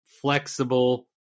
Flexible